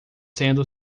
sendo